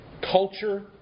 culture